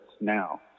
now